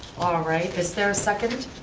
all right, is there a second?